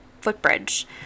footbridge